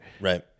Right